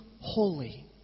holy